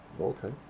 Okay